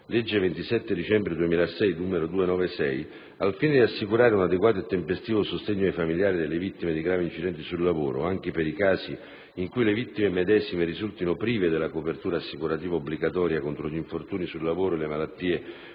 legge 27 dicembre 2006, n. 296, al fine di assicurare un adeguato e tempestivo sostegno ai familiari delle vittime di gravi incidenti sul lavoro - anche per i casi in cui le vittime medesime risultino prive della copertura assicurativa obbligatoria contro gli infortuni sul lavoro e le malattie